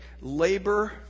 labor